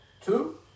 two